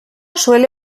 suele